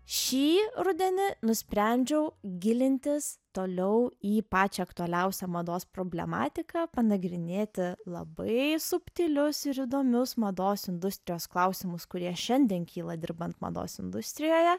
šį rudenį nusprendžiau gilintis toliau į pačią aktualiausią mados problematiką panagrinėti labai subtilius ir įdomius mados industrijos klausimus kurie šiandien kyla dirbant mados industrijoje